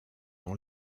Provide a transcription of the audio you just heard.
dans